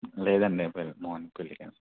లేదండి రేపు మార్నింగ్ పెళ్ళికి వెళ్తాను